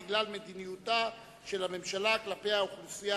בגלל מדיניותה של הממשלה כלפי האוכלוסייה